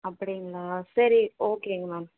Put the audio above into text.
அப்படிங்களா சரி ஓகேங்க மேம்